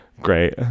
Great